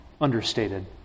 understated